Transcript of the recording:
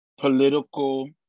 political